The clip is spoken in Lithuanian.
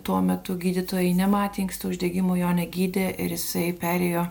tuo metu gydytojai nematė inkstų uždegimo jo negydė ir jisai perėjo